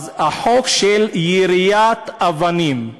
אז החוק של יריית אבנים,